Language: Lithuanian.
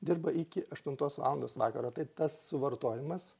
dirba iki aštuntos valandos vakaro tai tas suvartojimas